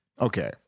Okay